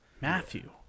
Matthew